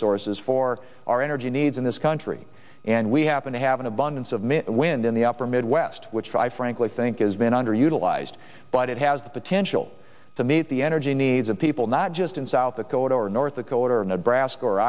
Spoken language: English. sources for our energy needs in this country and we happen to have an abundance of wind in the upper midwest which i frankly think has been underutilized but it has the potential to meet the energy needs of people not just in south dakota or north dakota nebraska